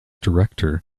director